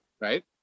Right